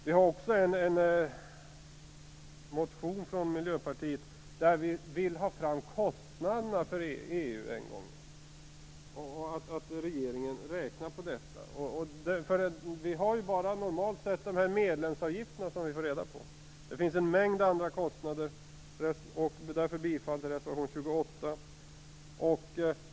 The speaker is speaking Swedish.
Vi har också en motion från Miljöpartiet där vi vill att regeringen räknar på kostnaderna för EU och redovisar dem. Normalt sett får vi bara reda på medlemsavgifterna. Det finns en mängd andra kostnader. Det är därför jag yrkar bifall till reservation 28.